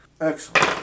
Excellent